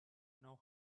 know